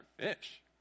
fish